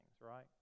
right